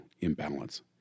imbalance